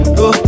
go